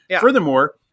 Furthermore